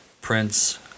prince